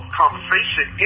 conversation